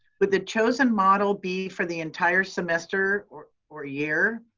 would the chosen model be for the entire semester or or year?